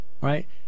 right